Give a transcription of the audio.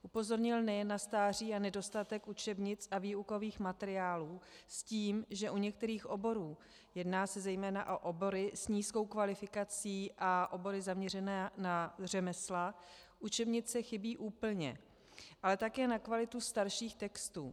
Upozornil nejen na stáří a nedostatek učebnic a výukových materiálů s tím, že u některých oborů jedná se zejména o obory s nízkou kvalifikací a obory zaměřené na řemesla učebnice chybí úplně, ale také na kvalitu starších textů.